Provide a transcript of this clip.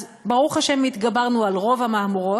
אז, ברוך השם, התגברנו על רוב המהמורות,